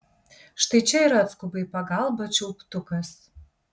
štai čia ir atskuba į pagalbą čiulptukas